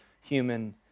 human